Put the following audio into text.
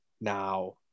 now